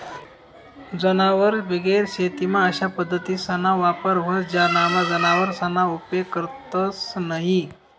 जनावरबिगेर शेतीमा अशा पद्धतीसना वापर व्हस ज्यानामा जनावरसना उपेग करतंस न्हयी